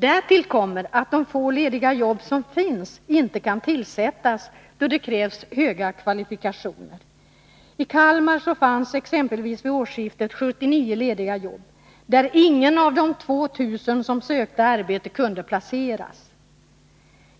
Därtill kommer att de få lediga jobb som finns inte kan tillsättas, då det krävs höga kvalifikationer. I Kalmar fanns exempelvis vid årsskiftet 79 lediga jobb, där ingen av de 2 000 som sökte arbete kunde placeras.